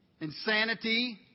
insanity